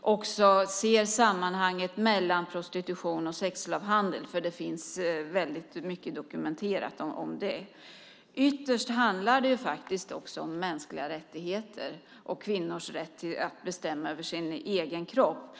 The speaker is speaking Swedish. också se sammanhanget mellan prostitution och sexslavhandel. Det är väl dokumenterat. Ytterst handlar det om mänskliga rättigheter och om kvinnors rätt att bestämma över sin egen kropp.